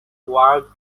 worked